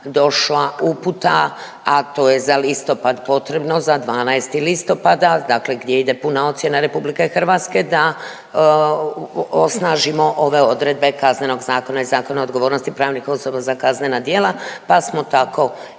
došla uputa, a to je za listopad potrebno, za 12. listopada, dakle gdje ide puna ocjena RH da osnažimo ove odredbe Kaznenog zakona i Zakona o odgovornosti pravnih osoba za kaznena djela, pa smo tako